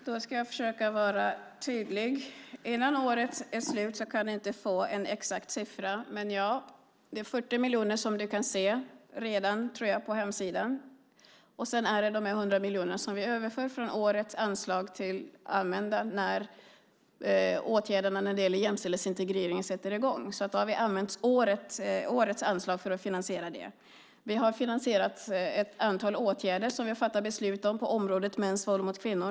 Herr talman! Jag ska försöka att vara tydlig. Innan året är slut kan du inte få en exakt siffra. Du kan redan på hemsidan se att det är 40 miljoner. Sedan är det de 100 miljoner som vi har överfört från årets anslag till att använda när åtgärderna för jämställdhetsintegrering sätter i gång. Vi har använt årets anslag för att finansiera det. Vi har finansierat ett antal åtgärder som vi har fattat beslut om på området mäns våld mot kvinnor.